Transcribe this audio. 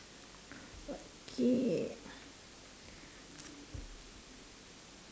okay